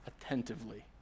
attentively